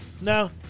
No